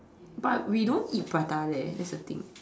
but we don't eat prata leh that's the thing